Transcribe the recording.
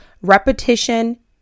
Repetition